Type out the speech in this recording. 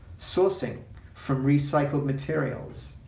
sourcing from recycled materials,